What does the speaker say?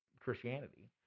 Christianity